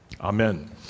Amen